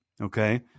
okay